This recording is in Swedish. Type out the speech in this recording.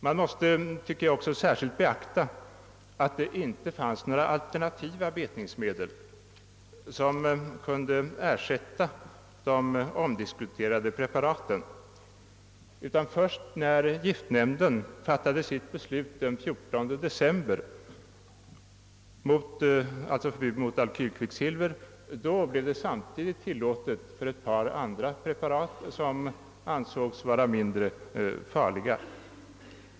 Jag anser att man också särskilt måste beakta att det inte fanns några alternativa betningsmedel som kunde ersätta de omdiskuterade preparaten. Först i och med att giftnämnden den 14 december fattade sitt beslut om förbud mot alkylkvicksilver blev ett par andra preparat tillåtna, vilka ansågs vara mindre farliga.